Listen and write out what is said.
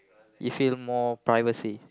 you feel more privacy